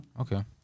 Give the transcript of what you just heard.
okay